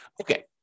Okay